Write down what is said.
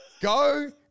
Go